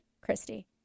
christy